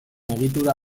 egitura